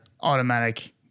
automatic